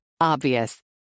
Obvious